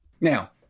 Now